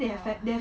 !wah!